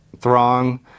throng